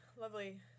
Lovely